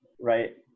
right